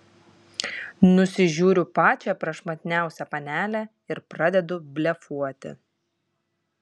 nusižiūriu pačią prašmatniausią panelę ir pradedu blefuoti